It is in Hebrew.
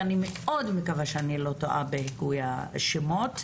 ואני מאוד מקווה שאני לא טועה בהיגוי השמות,